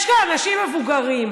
יש כאן אנשים מבוגרים.